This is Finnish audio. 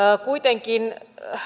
kuitenkin